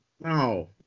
No